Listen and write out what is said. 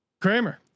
Kramer